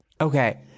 Okay